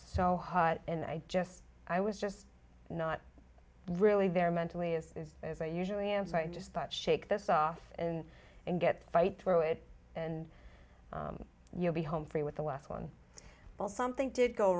so hot and i just i was just not really there mentally as as i usually am so i just thought shake this off in and get fight through it and you'll be home free with the last one well something did go